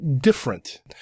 different